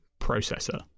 Processor